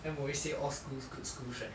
M_O_E say all schools good schools right